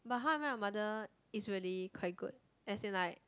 but How-I-Met-Your-Mother is really quite good as in like